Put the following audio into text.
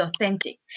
authentic